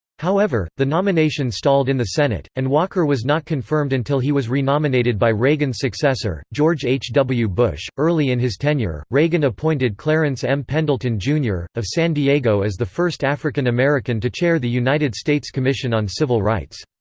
however, the nomination stalled in the senate, and walker was not confirmed until he was renominated by reagan's successor, george h. w. bush early in his tenure, reagan appointed clarence m. pendleton jr, of san diego as the first african american to chair the united states commission on civil rights.